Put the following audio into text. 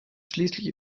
schließlich